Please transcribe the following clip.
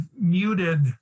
muted